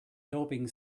doping